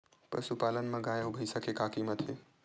पशुपालन मा गाय अउ भंइसा के का कीमत हे?